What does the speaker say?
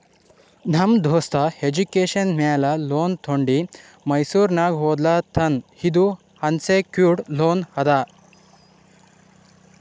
ನಮ್ ದೋಸ್ತ ಎಜುಕೇಷನ್ ಮ್ಯಾಲ ಲೋನ್ ತೊಂಡಿ ಮೈಸೂರ್ನಾಗ್ ಓದ್ಲಾತಾನ್ ಇದು ಅನ್ಸೆಕ್ಯೂರ್ಡ್ ಲೋನ್ ಅದಾ